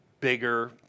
bigger